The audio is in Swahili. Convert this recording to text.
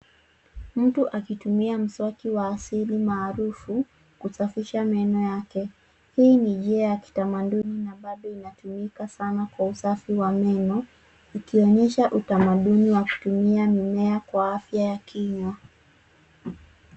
Mtu akitumia mswaki wa asili maarufu kusafisha meno yake. Hii ni njia ya kitamaduni na bado inatumika sana kwa usafi wa meno. Ikionyesha utamaduni wa kutumia mimea kwa afya ya kinyua.